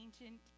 ancient